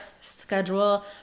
schedule